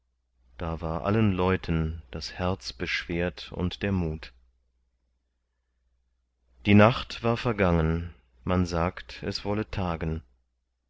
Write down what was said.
da war allen leuten das herz beschwert und der mut die nacht war vergangen man sagt es wolle tagen